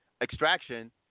extraction